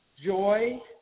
joy